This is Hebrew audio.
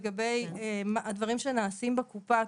לגבי הדברים שנעשים בקופה,